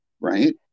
right